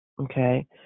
Okay